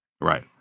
Right